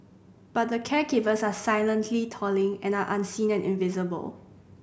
but the caregivers are silently toiling and are unseen and invisible